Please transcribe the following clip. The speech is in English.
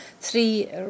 three